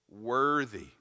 worthy